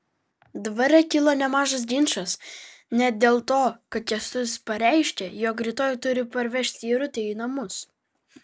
dvare kilo nemažas ginčas net dėl to kad kęstutis pareiškė jog rytoj turi parvežti irutę į namus